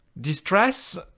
Distress